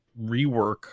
rework